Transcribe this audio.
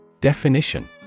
Definition